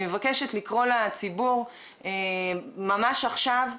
אני מבקשת לקרוא לציבור ממש עכשיו לדיונים.